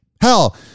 Hell